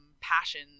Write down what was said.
passion